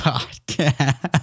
Podcast